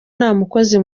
ntamukozi